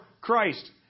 Christ